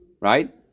Right